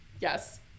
Yes